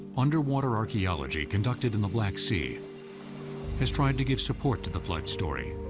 underwater archaeology conducted in the black sea has tried to give support to the flood story.